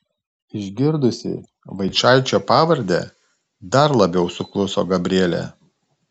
išgirdusi vaičaičio pavardę dar labiau sukluso gabrielė